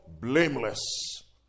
blameless